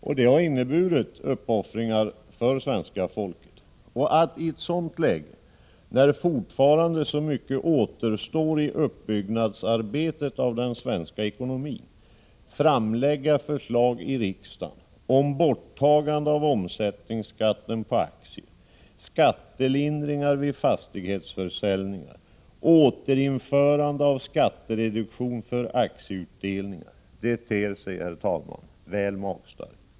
Detta har inneburit uppoffringar för svenska folket. Att i ett sådant läge, där fortfarande så mycket återstår i arbetet med återuppbyggnaden av den svenska ekonomin, framlägga förslag i riksdagen om borttagande av omsättningsskatten på aktier, skattelindringar vid fastighetsförsäljning och återinförande av skattereduktionen för aktieutdelningar ter sig väl magstarkt.